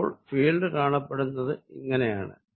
അപ്പോൾ ഫീൽഡ് കാണപ്പെടുന്നത് ഇങ്ങനെയാണ്